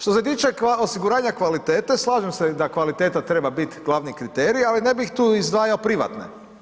Što se tiče osiguranja kvalitete, slažem se da kvaliteta treba bit glavni kriterij ali ne bih tu izdvajao privatne.